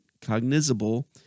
cognizable